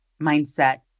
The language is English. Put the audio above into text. mindset